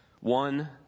one